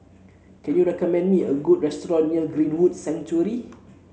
can you recommend me a good restaurant near Greenwood Sanctuary